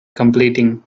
completing